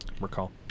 recall